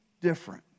different